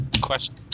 question